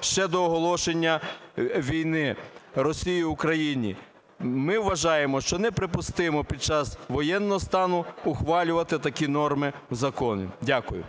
ще до оголошення війни Росією Україні. Ми вважаємо, що неприпустимо під час воєнного стану ухвалювати такі норми законів. Дякую.